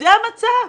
זה המצב.